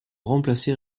remplacées